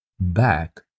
back